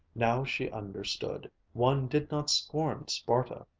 now she understood. one did not scorn sparta.